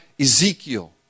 Ezekiel